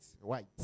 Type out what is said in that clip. white